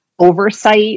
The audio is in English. oversight